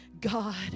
God